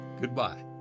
Goodbye